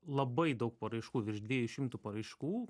labai daug paraiškų virš dviejų šimtų paraiškų